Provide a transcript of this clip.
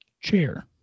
Chair